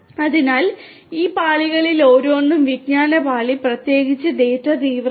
അതിനാൽ ഈ പാളികളിൽ ഓരോന്നും വിജ്ഞാന പാളി പ്രത്യേകിച്ച് ഡാറ്റ തീവ്രമാണ്